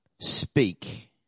speak